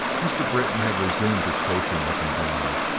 mr. britton had resumed his pacing up and down,